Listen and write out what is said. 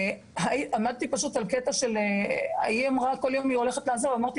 כי ההיא אמרה כל יום שהיא הולכת לעזוב ואני אמרתי